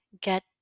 get